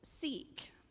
seek